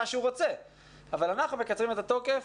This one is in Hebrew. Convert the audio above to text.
שהוא רוצה אבל אנחנו מקצרים את התוקף.